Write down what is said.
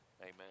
amen